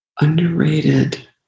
underrated